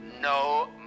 no